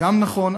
גם זה נכון,